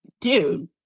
dude